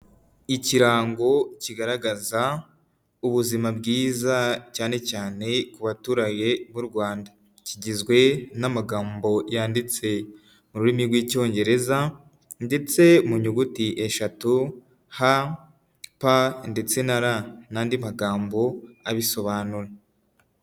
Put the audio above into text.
Ikirango kigaragaza ubuzima bwiza cyane cyane ku baturage b'u Rwanda kigizwe n'amagambo yanditse mu rurimi rw' icyongereza ndetse mu nyuguti eshatu ha, pa ndetse na Ra nandi magambo abisobanura.